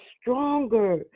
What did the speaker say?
stronger